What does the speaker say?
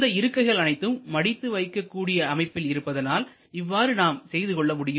இந்த இருக்கைகள் அனைத்தும் மடித்து வைக்கக் கூடிய அமைப்பில் இருப்பதனால்இவ்வாறு நாம் செய்து கொள்ள முடியும்